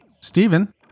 Stephen